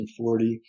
1940